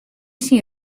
syn